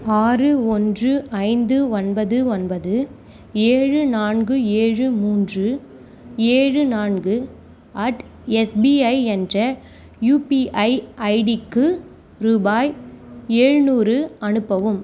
ஆறு ஒன்று ஐந்து ஒன்பது ஒன்பது ஏழு நான்கு ஏழு மூன்று ஏழு நான்கு அட் எஸ்பிஐ என்ற யூபிஐ ஐடிக்கு ரூபாய் எழுநூறு அனுப்பவும்